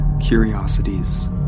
curiosities